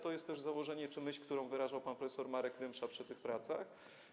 To jest też założenie czy myśl, którą wyrażał pan prof. Marek Rymsza przy tych pracach.